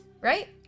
Right